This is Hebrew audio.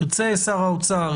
ירצה שר האוצר,